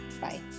Bye